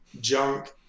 junk